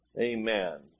Amen